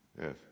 Yes